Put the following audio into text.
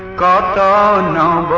da da and